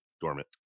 dormant